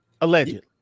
Allegedly